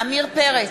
עמיר פרץ,